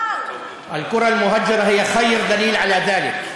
הכפרים העקורים הם ההוכחה הטובה ביותר לכך.